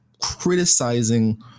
criticizing